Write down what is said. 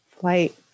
flight